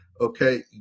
okay